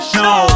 no